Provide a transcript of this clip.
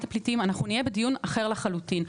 הפליטים אנחנו נהיה בדיוק אחר לחלוטין.